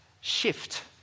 shift